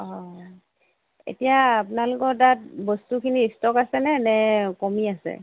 এতিয়া আপোনালোকৰ তাত বস্তুখিনিৰ ষ্টক আছেনে নে কমি আছে